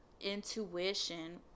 intuition